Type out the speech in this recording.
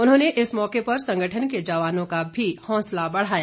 उन्होंने इस मौके पर संगठन के जवानों का भी हौसला बढ़ाया